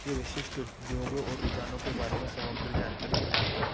यह विशिष्ट उद्योगों और रुझानों के बारे में समग्र जानकारी प्रदान कर